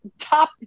Top